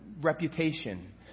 reputation